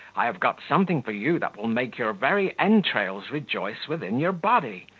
i have got something for you that will make your very entrails rejoice within your body.